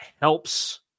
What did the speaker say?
helps